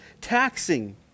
taxing